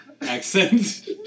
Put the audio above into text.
accent